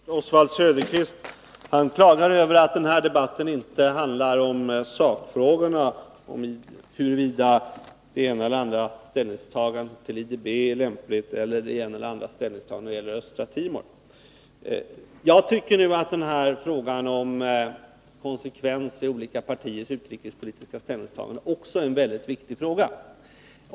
Herr talman! Oswald Söderqvist klagar över att den här debatten inte handlar om sakfrågorna — huruvida det ena eller det andra ställningstagandet när det gäller IDB eller när det gäller Östra Timor är lämpligt. Jag tycker att frågan om konsekvens i olika partiers utrikespolitiska ställningstaganden också är mycket viktig.